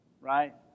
right